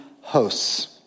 hosts